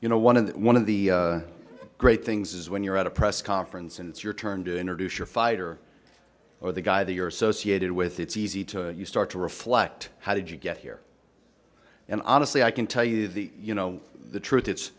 you know one of the one of the great things is when you're at a press conference and it's your turn to introduce your fighter or the guy that you're associated with it's easy to you start to reflect how did you get here and honestly i can tell you the you know the truth it's